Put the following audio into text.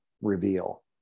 reveal